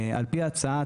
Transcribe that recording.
על-פי ההצעה,